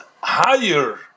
higher